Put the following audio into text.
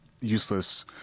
useless